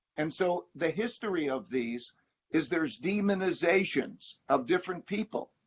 and so, the history of these is there's demonizations of different people.